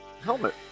helmet